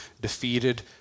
defeated